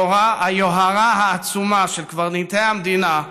היוהרה העצומה של קברניטי המדינה,